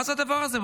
מה זה הדבר הזה?